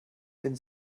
bin